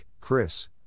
Chris